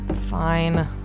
Fine